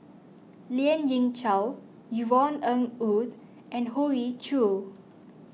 Lien Ying Chow Yvonne Ng Uhde and Hoey Choo